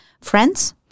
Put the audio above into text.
friends